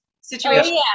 situation